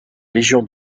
légion